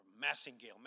Massingale